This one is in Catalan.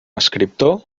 escriptor